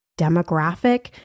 demographic